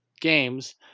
games